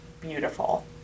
beautiful